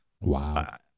Wow